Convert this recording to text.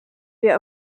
wir